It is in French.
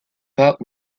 pas